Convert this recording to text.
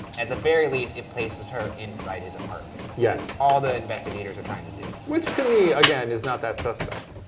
at the very least, it places her inside his apartment, which yeah so all the investigators are trying to do. which to me, again, is not that suspect.